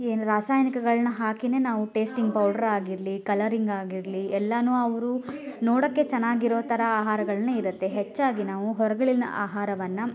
ಏನು ರಾಸಾಯನಿಕಗಳನ್ನ ಹಾಕಿನೇ ನಾವು ಟೇಸ್ಟಿಂಗ್ ಪೌಡ್ರ್ ಆಗಿರಲಿ ಕಲರಿಂಗಾಗಿರಲಿ ಎಲ್ಲಾನು ಅವರು ನೋಡಕ್ಕೆ ಚೆನ್ನಾಗಿರೋ ಥರ ಆಹಾರಗಳ್ನ ಇರತ್ತೆ ಹೆಚ್ಚಾಗಿ ನಾವು ಹೋರ್ಗಳಿನ ಆಹಾರವನ್ನ